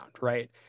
right